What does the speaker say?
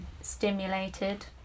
stimulated